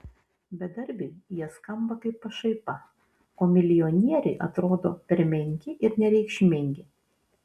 bedarbiui jie skamba kaip pašaipa o milijonieriui atrodo per menki ir nereikšmingi